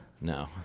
No